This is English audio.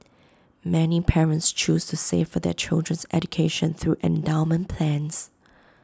many parents choose to save for their children's education through endowment plans